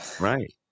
right